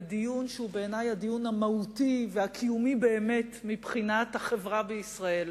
בדיון שהוא בעיני הדיון המהותי והקיומי באמת מבחינת החברה בישראל,